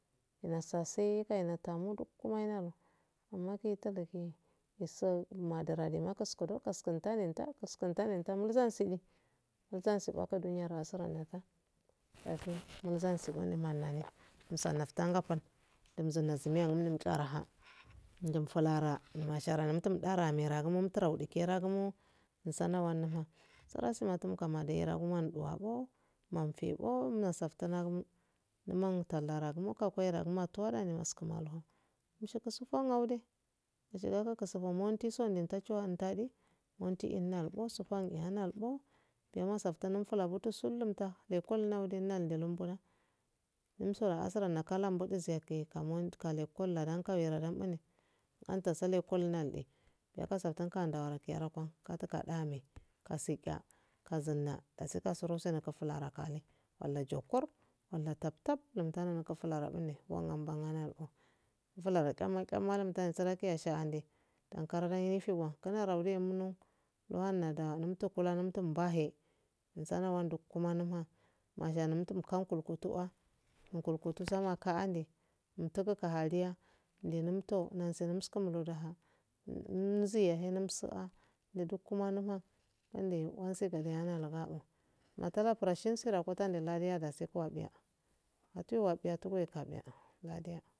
Inasasee kani nata gumalu amkei taye isau madra lema koskro kuskutaninta kuskutaninta mulzansi ni mulkasini duniya rowa sura niga umsa nastana fal mdum fulara masha guntum dara mera gumo tarau germoo wanfioo mofsfin numan tallara gera ne skum kumaloo montiso nintochiwa ndadi monti innal oo sufan innal oo biya mofsaftin munfula goto sul numta lekol innaushe innalde inbuna umsura azare nakalla mbudu ziyage kaman ka lekol ladan kwera mbone antasa tekol nnage yaga saftun kandawara kiyara kwa katukka dume kazika kazina dasi kasiro kura fulara kane walla jokkor walla tab tab mtara naku fulaa kane wamma mbanne naluk mufularen damma damma lumta sara kiya sha ande dan karo den yifiwa kanna rawindo luwanada numto kula numto mbahe mzana wandokume numha manumtum kakulkutua kulku samakande mtugu kahaliya ndunmto nunsinum skum ludha nziye he numsa a nudkkuma nuha wande wansa gude natana fura shnsi gane ana guda yatu wabiya yatiwabiya turwabiya ladia